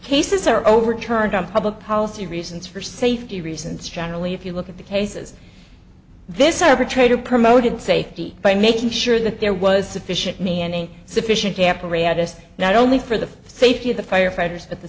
cases are overturned on public policy reasons for safety reasons generally if you look at the cases this arbitrator promoted safety by making sure that there was sufficient me any sufficient apparatus not only for the safety of the firefighters at the